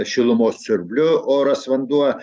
šilumos siurbliu oras vanduo